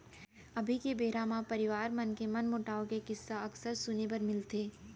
अभी के बेरा म परवार मन के मनमोटाव के किस्सा अक्सर सुने बर मिलथे